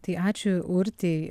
tai ačiū urtei